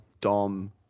Dom